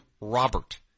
Robert